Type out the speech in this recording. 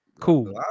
Cool